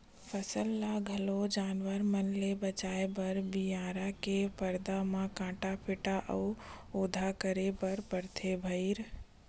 फसल ल घलोक जानवर मन ले बचाए बर बियारा के परदा म काटा माटी अउ ओधा करे बर परथे भइर